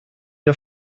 der